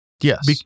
Yes